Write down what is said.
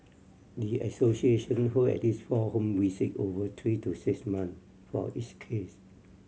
the association hold at least four home visit over three to six months for each case